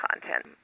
content